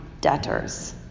debtors